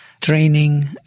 training